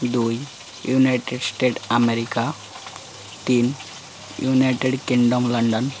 ଦୁଇ united state America ତିନି united kingdom London